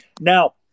Now